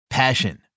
Passion